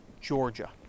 Georgia